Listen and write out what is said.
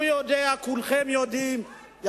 הוא יודע, כולכם יודעים.